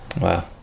Wow